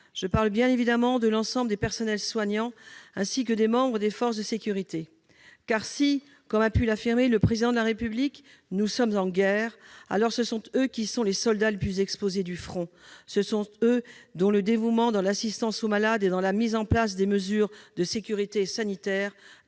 Je parle bien évidemment de l'ensemble des personnels soignants, ainsi que des membres des forces de sécurité. S'il est vrai, comme l'a affirmé le Président de la République, que nous sommes en guerre, alors ce sont eux les soldats du front les plus exposés, dont le dévouement dans l'assistance aux malades et la mise en place des mesures de sécurité sanitaire